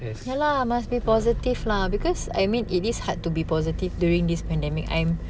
ya lah must be positive lah because I mean it is hard to be positive during this pandemic I'm